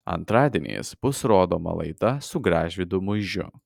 antradieniais bus rodoma laida su gražvydu muižiu